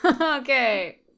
Okay